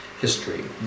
history